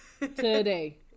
today